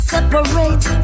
separate